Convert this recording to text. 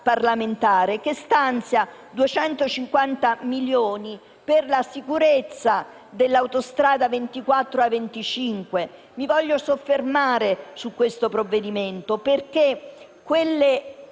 che stanzia 250 milioni per la sicurezza delle autostrade A24 e A25. Mi voglio soffermare su questo provvedimento, perché quelle